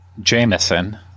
Jameson